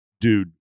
dude